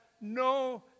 no